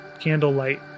candlelight